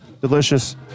Delicious